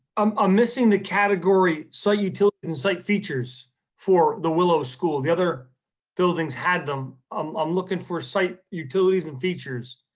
um i'm missing the category so the site features for the willow school, the other buildings had them, um i'm looking for site utilities and features,